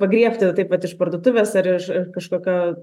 pagriebti taip vat iš parduotuvės ar iš kažkokio